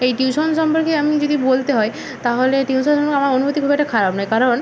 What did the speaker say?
এই টিউশন সম্পর্কে এমনি যদি বলতে হয় তাহলে টিউশন আমার অনুভূতি খুব একটা খারাপ নয় কারণ